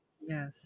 Yes